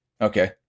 Okay